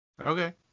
Okay